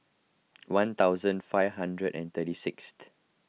one thousand five hundred and thirty sixth